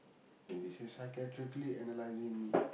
then this is psychiatrically analysing me